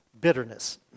bitterness